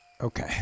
okay